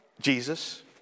Jesus